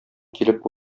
килеп